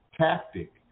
tactic